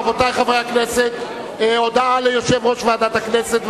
רבותי חברי הכנסת, הודעה ליושב-ראש ועדת הכנסת.